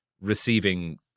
receiving –